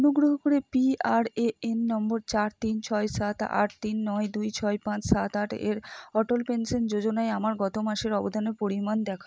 অনুগ্রহ করে PRAN number চার তিন ছয় সাত আট তিন নয় দুই ছয় পাঁচ সাত আট এর অটল পেনশান যোজনায় আমার গত মাসের অবদানের পরিমাণ দেখা